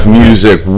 music